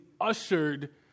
ushered